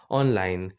online